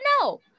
no